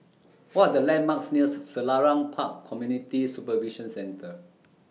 What The landmarks near Selarang Park Community Supervision Centre